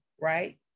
right